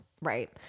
Right